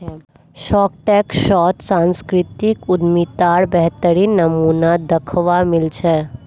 Shark Tank शोत सांस्कृतिक उद्यमितार बेहतरीन नमूना दखवा मिल ले